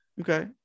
Okay